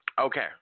Okay